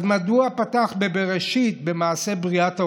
אז מדוע פתח בבראשית, במעשה בריאת העולם?